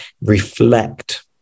reflect